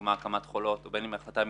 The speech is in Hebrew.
לדוגמה הקמת חולות או בין אם החלטה מינהלית,